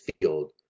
field